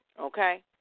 Okay